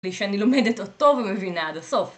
לי שאני לומדת אותו ולא מבינה עד הסוף